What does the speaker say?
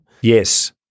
Yes